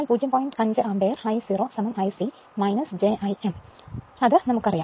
5 ampere I 0 I c j I m എന്ന് നമുക്കറിയാം